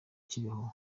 kibeho